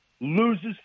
loses